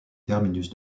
terminus